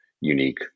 unique